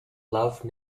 love